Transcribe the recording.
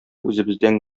үзебездән